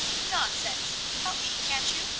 nonsense! help me, can't you?